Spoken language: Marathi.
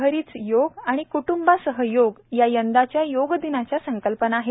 घरीच योग आणि कृट्ंबासह योग या यंदाच्या योग दिनाच्या संकल्पना आहेत